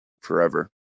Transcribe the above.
forever